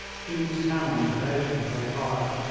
keane's cannon had opened their fire.